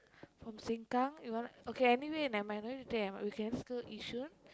from SengKang you want okay anyway nevermind no need to take M_R~ we can just go Yishun